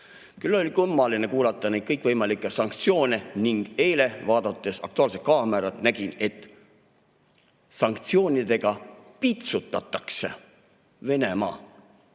oli kummaline kuulata neid kõikvõimalikke sanktsioone ning eile, vaadates "Aktuaalset kaamerat", nägin, et sanktsioonidega piitsutatakse Venemaa